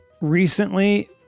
recently